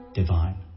divine